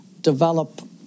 develop